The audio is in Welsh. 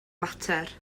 mater